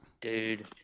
Dude